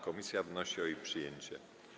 Komisja wnosi o jej przyjęcie.